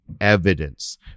Evidence